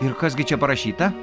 ir kas gi čia parašyta